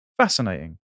Fascinating